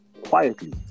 Quietly